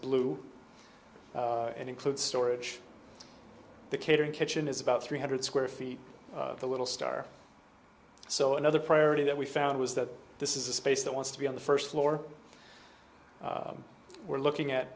blue and includes storage the catering kitchen is about three hundred square feet the little star so another priority that we found was that this is a space that wants to be on the first floor we're looking at